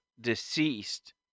deceased